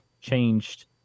changed